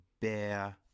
Bear